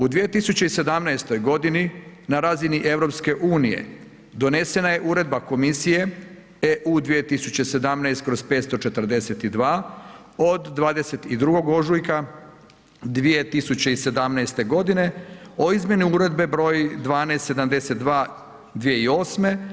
U 2017. godini na razini EU donesena je Uredba Komisije EU 2017/542 od 22. ožujka 2017. godine o izmjeni Uredbe 1272 2008.